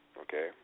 okay